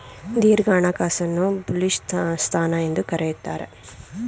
ದೀರ್ಘ ಹಣಕಾಸನ್ನು ಬುಲಿಶ್ ಸ್ಥಾನ ಎಂದು ಕರೆಯುತ್ತಾರೆ